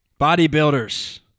Bodybuilders